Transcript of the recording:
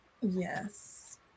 Yes